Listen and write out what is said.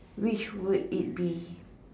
which would it be